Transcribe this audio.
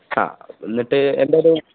ആ എന്നിട്ട് എന്തേലും